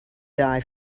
die